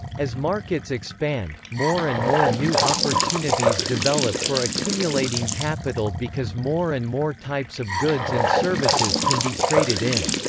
as markets expand, more and more new opportunities develop for accumulating capital because more and more types of goods and services can be traded in.